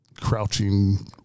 crouching